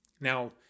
Now